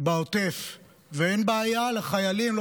בעוטף ואין בעיה לחיילים.